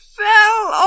fell